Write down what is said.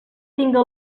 tinga